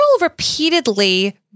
repeatedly